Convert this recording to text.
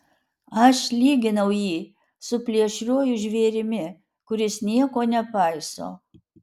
aš lyginau jį su plėšriuoju žvėrimi kuris nieko nepaiso